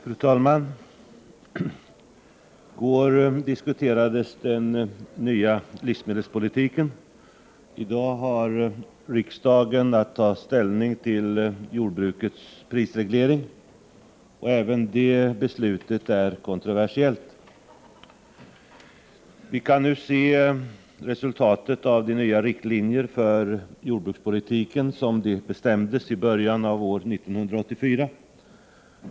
Fru talman! I går diskuterades den nya livsmedelspolitiken. I dag har riksdagen att ta ställning till jordbrukets prisreglering, och även detta ärende är kontroversiellt. Vi kan nu se resultatet av de nya riktlinjer för jordbrukspolitiken som bestämdes i början av år 1984.